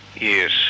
Yes